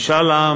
משאל עם